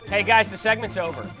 hey, guys, the segment's over.